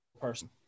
person